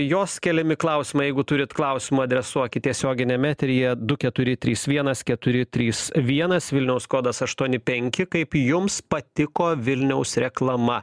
jos keliami klausimai jeigu turit klausimų adresuokite tiesioginiam eteryje du keturi trys vienas keturi trys vienas vilniaus kodas aštuoni penki kaip jums patiko vilniaus reklama